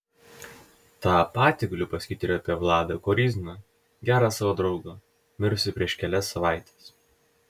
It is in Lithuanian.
tą patį galiu pasakyti ir apie vladą koryzną gerą savo draugą mirusį prieš kelias savaites